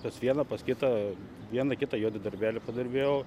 pas vieną pas kitą vieną kitą juodą darbelį padirbėjau